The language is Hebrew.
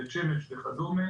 בית שמש וכדומה.